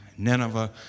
Nineveh